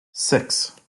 six